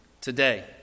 today